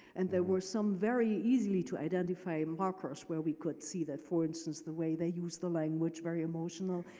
and there were some very easily to identify markers, where we could see that, for instance, the way they use the language, very emotional,